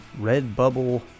Redbubble